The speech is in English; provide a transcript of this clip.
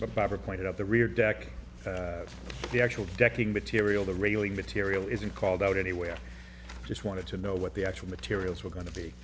the barber pointed out the rear deck of the actual decking material the railing material isn't called out anyway i just wanted to know what the actual materials were going to be